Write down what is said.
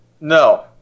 No